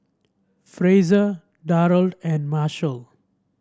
Frazier Darold and Marshall